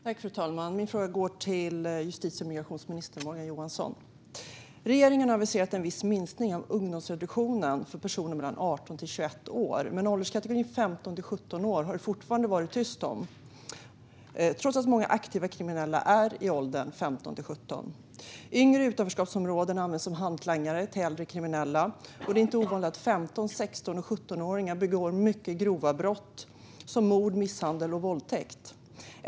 Fru talman! Min fråga går till justitie och migrationsminister Morgan Johansson. Regeringen har aviserat en viss minskning av ungdomsreduktionen för personer mellan 18 och 21 år. Men ålderskategorin 15-17 år är det fortfarande tyst om trots att många aktiva kriminella är just i dessa åldrar. Yngre i utanförskapsområden används som hantlangare till äldre kriminella, och det är inte ovanligt att 15-, 16 och 17-åringar begår mycket grova brott som mord, misshandel och våldtäkt.